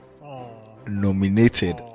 nominated